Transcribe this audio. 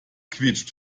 quietscht